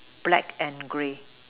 black and grey